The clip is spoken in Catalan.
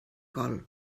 gol